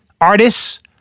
artists